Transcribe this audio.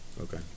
Okay